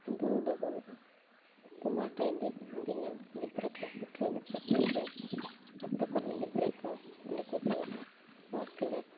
ᱵᱩᱨᱩᱫᱚ ᱵᱟᱹᱱᱩᱜᱼᱟ ᱢᱟᱴᱷ ᱨᱮ ᱫᱤᱱᱟᱹᱢ ᱜᱤᱫᱽᱨᱟᱹᱠᱚ ᱥᱮ ᱟᱛᱳ ᱠᱚᱨᱮᱱ ᱜᱤᱫᱽᱨᱟᱹᱠᱚ ᱚᱸᱰᱮᱠᱚ ᱪᱟᱞᱟᱜᱼᱟ ᱵᱚᱞ ᱠᱷᱮᱞᱳᱰ